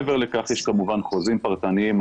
מעבר לכך, יש כמובן חוזים פרטניים.